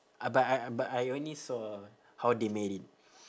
uh but I I but I only saw how they made it